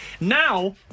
Now